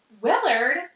Willard